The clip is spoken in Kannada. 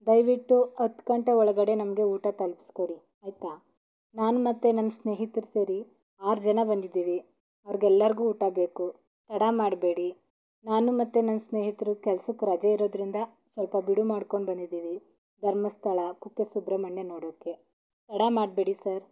ದಯವಿಟ್ಟು ಹತ್ತು ಗಂಟೆ ಒಳಗಡೆ ನಮಗೆ ಊಟ ತಲ್ಪಿಸ್ಕೊಡಿ ಆಯಿತಾ ನಾನು ಮತ್ತು ನನ್ನ ಸ್ನೇಹಿತರು ಸೇರಿ ಆರು ಜನ ಬಂದಿದ್ದೀವಿ ಅವ್ರೆಲ್ಲರ್ಗೂ ಊಟ ಬೇಕು ತಡ ಮಾಡಬೇಡಿ ನಾನು ಮತ್ತು ನನ್ನ ಸ್ನೇಹಿತರು ಕೆಲ್ಸಕ್ಕೆ ರಜೆ ಇರೋದರಿಂದ ಸ್ವಲ್ಪ ಬಿಡುವು ಮಾಡ್ಕೊಂಡು ಬಂದಿದ್ದೀವಿ ಧರ್ಮಸ್ಥಳ ಕುಕ್ಕೆ ಸುಬ್ರಮಣ್ಯ ನೋಡೋಕ್ಕೆ ತಡ ಮಾಡಬೇಡಿ ಸರ್